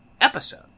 episode